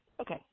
Okay